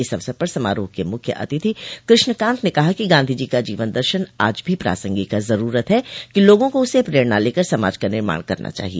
इस अवसर पर समारोह के मुख्य अतिथि कृष्णकांत ने कहा कि गांधी जी का जीवन दर्शन आज भी प्रासंगिक है जरूरत है कि लोगों को उससे प्रेरणा लेकर समाज का निर्माण करना चाहिए